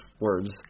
words